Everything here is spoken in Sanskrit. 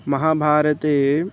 महाभारते